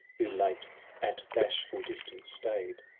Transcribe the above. who late at bashful distance staid.